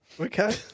Okay